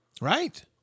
Right